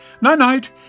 night-night